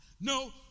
No